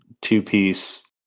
two-piece